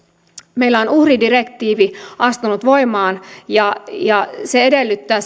meillä on uhridirektiivi astunut voimaan ja ja se edellyttää